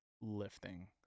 lifting